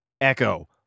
Echo